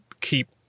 keep